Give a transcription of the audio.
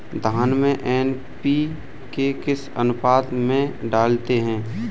धान में एन.पी.के किस अनुपात में डालते हैं?